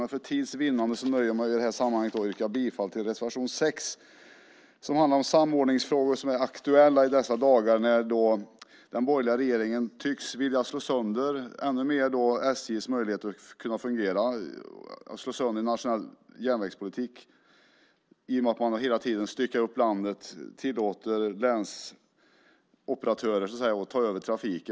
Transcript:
Men för tids vinnande nöjer jag mig i detta sammanhang med att yrka bifall till reservation 6 som handlar om samordningsfrågor som är aktuella i dessa dagar när den borgerliga regeringen ännu mer tycks vilja slå sönder SJ:s möjligheter att kunna fungera genom att slå sönder en nationell järnvägspolitik i och med att man hela tiden styckar upp landet och tillåter länsoperatörer att ta över trafik.